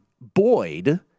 Boyd